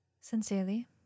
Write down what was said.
Sincerely